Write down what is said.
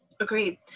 Agreed